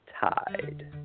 tide